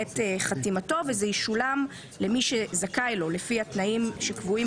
ישולם למי שזכאי לו לפי הסעיף האמור,